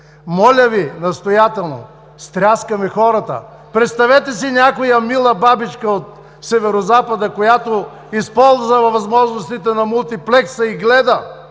Моля Ви настоятелно! Стряскаме хората. Представете си някоя мила бабичка от Северозапада, която използва възможностите на мултиплекса и гледа